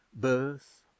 birth